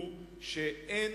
הוא שאין